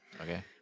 Okay